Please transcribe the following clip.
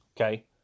Okay